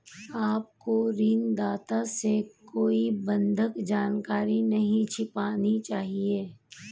आपको ऋणदाता से कोई बंधक जानकारी नहीं छिपानी चाहिए